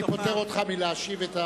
אני פוטר אותך מלהשיב,